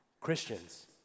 Christians